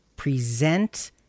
Present